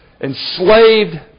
enslaved